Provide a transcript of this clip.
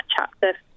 chapter